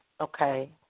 Okay